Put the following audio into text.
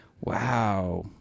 wow